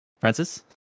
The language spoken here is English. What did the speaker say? Francis